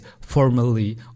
formally